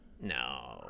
No